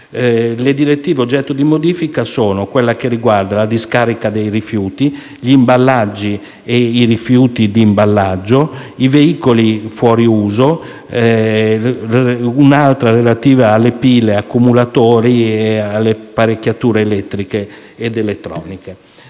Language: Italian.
Le direttive oggetto di modifica sono quella che riguarda la discarica dei rifiuti, gli imballaggi e i rifiuti di imballaggio, i veicoli fuori uso e un'altra relativa alle pile, agli accumulatori e alle apparecchiature elettriche ed elettroniche.